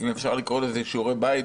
אם אפשר לקרוא לזה שיעורי בית,